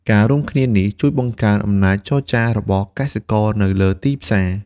ការរួមគ្នានេះជួយបង្កើនអំណាចចរចារបស់កសិករនៅលើទីផ្សារ។